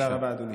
תודה רבה, אדוני.